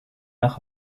nach